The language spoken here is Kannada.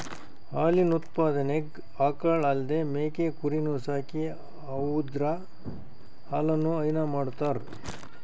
ಹಾಲಿನ್ ಉತ್ಪಾದನೆಗ್ ಆಕಳ್ ಅಲ್ದೇ ಮೇಕೆ ಕುರಿನೂ ಸಾಕಿ ಅವುದ್ರ್ ಹಾಲನು ಹೈನಾ ಮಾಡ್ತರ್